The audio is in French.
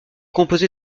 composé